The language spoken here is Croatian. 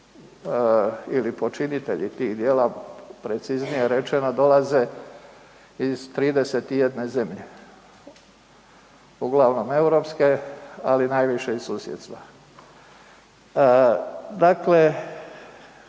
ili počinitelji tih djela preciznije rečeno, dolaze iz 31 zemlje, uglavnom europske ali najviše iz susjedstva. Dakle,